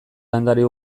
landare